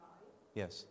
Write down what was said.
yes